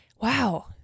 wow